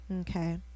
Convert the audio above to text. Okay